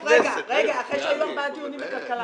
רגע, אחרי שהיו ארבעה דיונים בכלכלה.